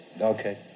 okay